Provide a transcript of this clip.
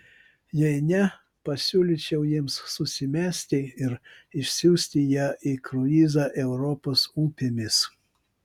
jei ne pasiūlyčiau jiems susimesti ir išsiųsti ją į kruizą europos upėmis